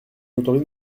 autorise